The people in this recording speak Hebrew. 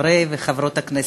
חברי וחברות הכנסת,